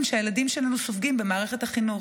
שהילדים שלנו סופגים במערכת החינוך.